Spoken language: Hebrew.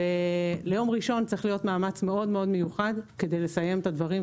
ליום ראשון צריך להיות מאמץ מאוד-מאוד מיוחד כדי לסיים את הדברים,